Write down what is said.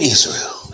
Israel